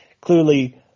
Clearly